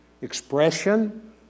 expression